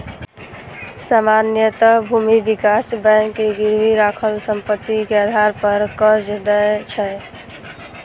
सामान्यतः भूमि विकास बैंक गिरवी राखल संपत्ति के आधार पर कर्ज दै छै